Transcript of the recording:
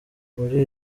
muri